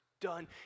done